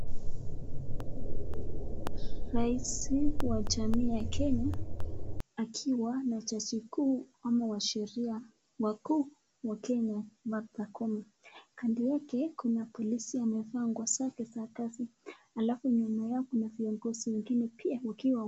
Rais wa jamii kenya akiwa na jaji kuu ama washeria wakuu wa Kenya Martha Koome, kando yake kuna polisi amevaa nguo safi za kazi alafu nyuma yao kuna viongozi wengine pia.